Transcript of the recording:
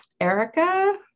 Erica